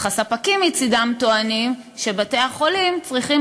אך הספקים מצדם טוענים שבתי-החולים צריכים